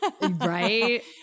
Right